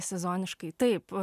sezoniškai taip